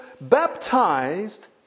baptized